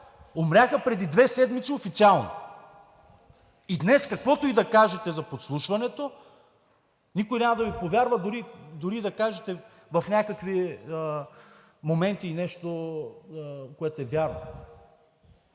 Умряха преди две седмици официално! Днес каквото и да кажете за подслушването, никой няма да Ви повярва, дори и да кажете в някакви моменти нещо, което е вярно.